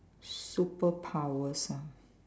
superpowers ah